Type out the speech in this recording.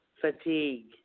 fatigue